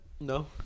No